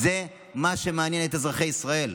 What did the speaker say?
זה מה שמעניין את אזרחי ישראל.